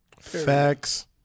Facts